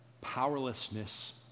powerlessness